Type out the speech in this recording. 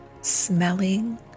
smelling